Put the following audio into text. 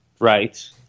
Right